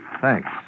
Thanks